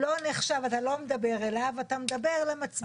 אתה לא מדבר אליו, אתה מדבר למצביעים.